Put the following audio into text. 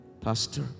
Pastor